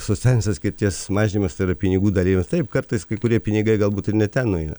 socialinės atskirties mažinimas tai yra pinigų dalijimas taip kartais kai kurie pinigai galbūt ir ne ten nueina